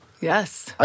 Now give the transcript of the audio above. Yes